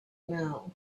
now